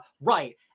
Right